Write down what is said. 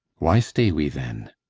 why stay we, then?